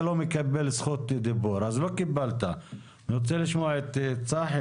אני רוצה לשמוע את צחי